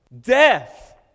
Death